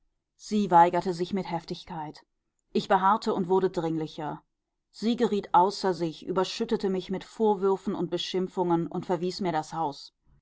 sie weigerte sich mit heftigkeit ich beharrte und wurde dringlicher sie geriet außer sich überschüttete mich mit vorwürfen und beschimpfungen und verwies mir das haus